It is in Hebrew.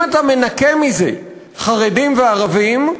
אם אתה מנכה מזה חרדים וערבים,